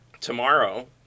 Tomorrow